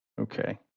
Okay